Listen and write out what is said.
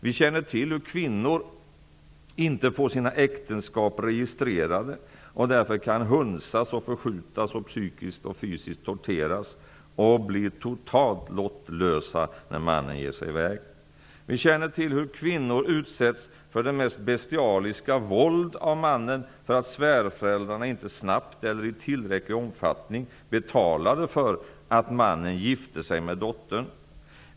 Vi känner till hur kvinnor inte får sina äktenskap registrerade och därför kan hunsas och psykiskt och fysiskt torteras. De blir totalt lottlösa när mannen ger sig i väg. Vi känner till hur kvinnor utsätts för det mest bestialiska våld av mannen därför att svärföräldrarna inte snabbt och i tillräcklig omfattning betalade för att mannen gifte sig med kvinnan.